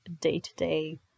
day-to-day